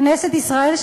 כנסת ישראל,